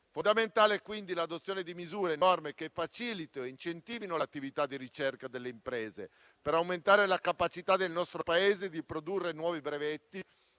Fondamentale è quindi l'adozione di misure e norme che facilitino e incentivino l'attività di ricerca delle imprese, per aumentare la capacità del nostro Paese di produrre nuovi brevetti,